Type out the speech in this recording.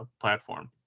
platform